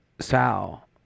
Sal